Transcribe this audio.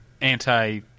anti